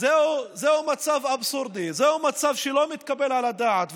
זהו מצב אבסורדי, זהו מצב שלא מתקבל על הדעת.